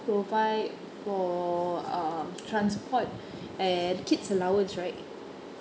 provide for um transport and kids allowance right